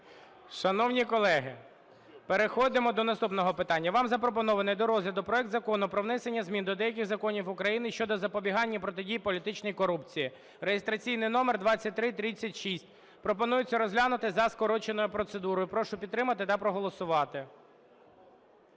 Шановні колеги, переходимо до наступного питання. Вам запропонований до розгляду проект Закону про внесення змін до деяких законів України щодо запобігання і протидії політичній корупції (реєстраційний номер 2336). Пропонується розглянути за скороченою процедурою. Прошу підтримати та проголосувати.